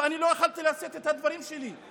ואני לא יכולתי לשאת את הדברים שלי,